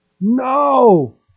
no